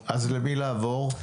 אז למי לעבור?